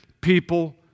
people